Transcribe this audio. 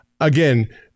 again